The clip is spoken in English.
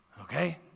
Okay